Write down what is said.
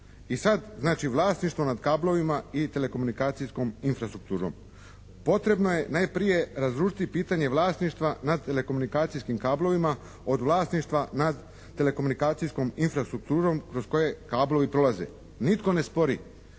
I sad znači vlasništvo nad kablovima i telekomunikacijskom infrastrukturom. Potrebno je najprije razlučiti pitanje vlasništva nad telekomunikacijskim kablovima od vlasništva nad telekomunikacijskom infrastrukturom kroz kablovi prolaze. Nitko ne spori